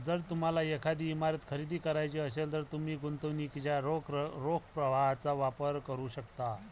जर तुम्हाला एखादी इमारत खरेदी करायची असेल, तर तुम्ही गुंतवणुकीच्या रोख प्रवाहाचा वापर करू शकता